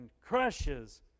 crushes